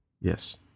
Yes